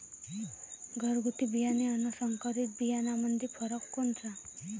घरगुती बियाणे अन संकरीत बियाणामंदी फरक कोनचा?